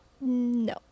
No